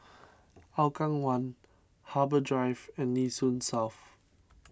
Hougang one Harbour Drive and Nee Soon South